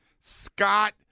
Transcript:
Scott